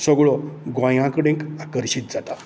सगळो गोंया कडेन आकर्शीत जाता